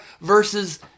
versus